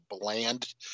bland